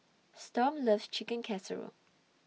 Storm loves Chicken Casserole